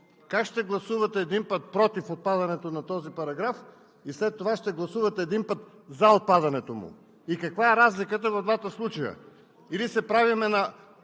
как ще гласувате един път „против“ отпадането на този параграф и след това ще гласувате един път „за“ отпадането му и каква е разликата в двата случая? Или се правим на